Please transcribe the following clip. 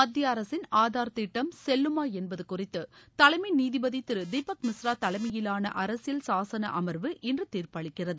மத்திய அரசின் ஆதார் திட்டம் செல்லுமா என்பது குறித்து தலைமை நீதிபதி திரு தீபக் மிஸ்ரா தலைமையிலான அரசியல் சாசன அமர்வு இன்று தீர்ப்பளிக்கிறது